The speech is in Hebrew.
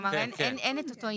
כלומר, אין את אותו עניין.